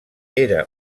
era